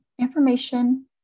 information